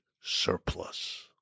surplus